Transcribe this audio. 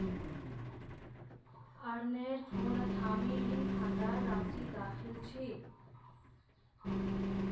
अरनेर फोनत हामी ऋण खातार राशि दखिल छि